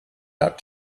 out